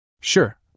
Sure